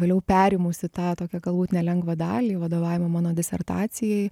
vėliau perimusi tą tokią galbūt nelengvą dalį vadovavimo mano disertacijai